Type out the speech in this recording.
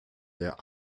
der